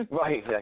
Right